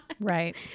Right